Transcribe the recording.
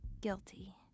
guilty